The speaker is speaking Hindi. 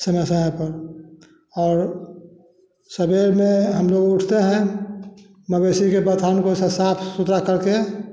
समय से आपन और सबेर में हम लोग उठतें हैं मवेशी के बथान को साफ़ सुधरा करतें है